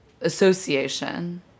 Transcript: association